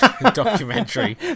Documentary